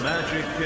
Magic